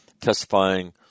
testifying